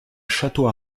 château